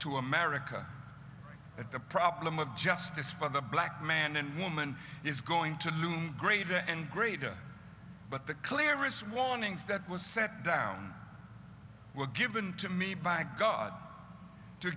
to america at the problem of justice for the black man and woman is going to loom greater and greater but the clearest warnings that was set down were given to me by god to